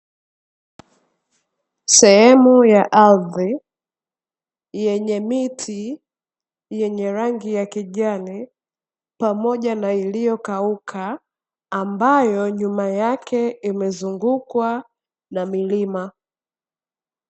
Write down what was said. Sehemu ya ardhi yenye miti yenye rangi ya kijani pamoja na iliyokauka, ambayo nyuma yake imezungukwa na milima.